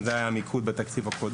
זה היה מיקוד בתקציב הקודם.